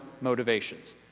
motivations